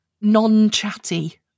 non-chatty